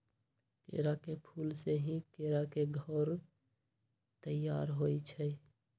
केरा के फूल से ही केरा के घौर तइयार होइ छइ